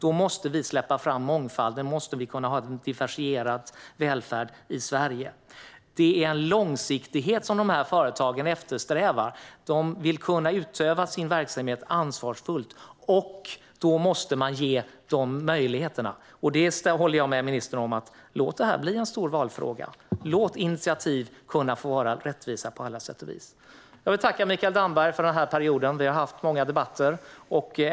Då måste vi släppa fram mångfalden. Vi måste kunna ha en diversifierad välfärd i Sverige. Det är en långsiktighet som de här företagen eftersträvar. De vill kunna utöva sin verksamhet ansvarsfullt, och då måste man ge dem möjligheterna. Jag håller med ministern: Låt det här bli en stor valfråga! Låt initiativ få vara rättvisa på alla sätt och vis! Jag vill tacka Mikael Damberg för den här perioden. Vi har haft många debatter.